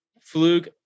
Fluke